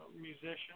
musician